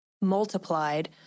multiplied